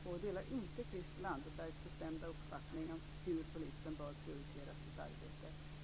Jag delar inte Christel Anderbergs bestämda uppfattning om hur polisen bör prioritera sitt arbete.